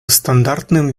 стандартным